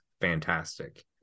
fantastic